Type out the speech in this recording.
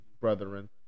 brethren